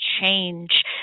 change